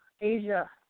Asia